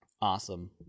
awesome